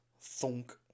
thunk